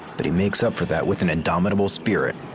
but he makes up for that with an indomitable spirit,